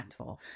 impactful